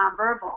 nonverbal